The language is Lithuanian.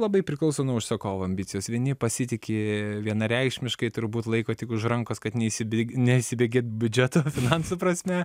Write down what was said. labai priklauso nuo užsakovų ambicijos vieni pasitiki vienareikšmiškai turbūt laiko tik už rankos kad neįsibė neįsibėgėt biudžeto finansų prasme